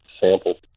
sample